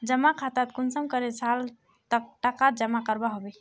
जमा खातात कुंसम करे साल तक टका जमा करवा होबे?